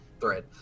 thread